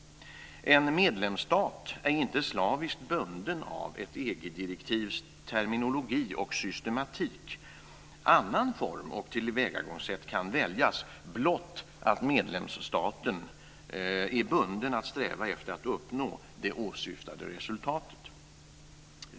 En medlemsstat är inte slaviskt bunden av ett EG direktivs terminologi och systematik. Annan form och annat tillvägagångssätt kan väljas. Medlemsstaten är blott bunden till att sträva efter att uppnå det åsyftade resultatet.